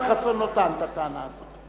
ישראל חסון לא טען את הטענה הזאת.